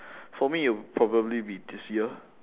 for me it would probably be this year